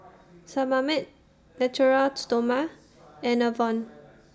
Sebamed Natura Stoma and Enervon